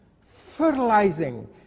fertilizing